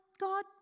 God